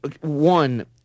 one